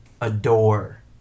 adore